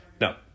No